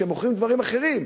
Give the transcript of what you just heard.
שמוכרים דברים אחרים,